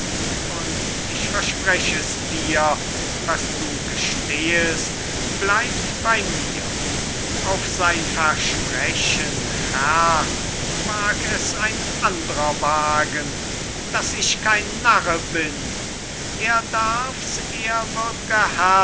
und ich versprech es dir was du gestehest bleibt bei mir auf sein versprechen herr mag es ein andrer wagen daß ich kein narre bin er darfs